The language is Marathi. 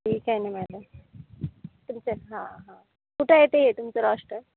ठिक आहे ना मॅडम तुमचं हां हां कुठे आहे ते तुमचं रॉश्टर